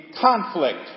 conflict